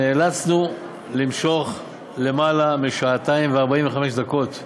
נאלצנו למשוך יותר משעתיים ו-45 דקות.